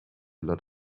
lot